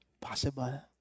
possible